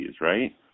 right